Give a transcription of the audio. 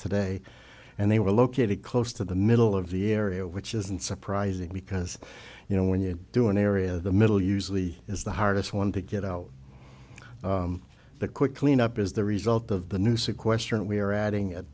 today and they were located close to the middle of the area which isn't surprising because you know when you do an area the middle usually is the hardest one to get out that quick clean up is the result of the new sequester and we are adding